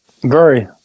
Great